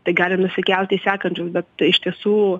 tai gali nusikelt į sekančius bet iš tiesų